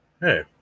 Hey